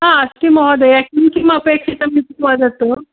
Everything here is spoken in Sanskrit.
अस्ति महोदय किं किम् अपेक्षितं इति वदतु